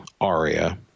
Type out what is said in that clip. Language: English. Aria